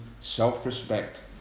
self-respect